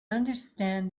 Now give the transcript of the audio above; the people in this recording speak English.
understand